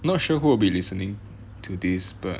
not sure who will be listening to this but